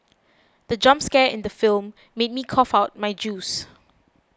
the jump scare in the film made me cough out my juice